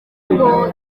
ngo